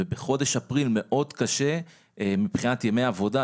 ובחודש אפריל מאוד קשה מבחינת ימי עבודה,